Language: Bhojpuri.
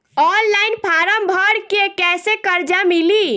ऑनलाइन फ़ारम् भर के कैसे कर्जा मिली?